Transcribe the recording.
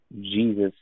Jesus